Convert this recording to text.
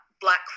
black